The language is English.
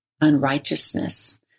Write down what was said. unrighteousness